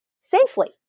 safely